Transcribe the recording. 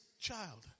child